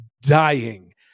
dying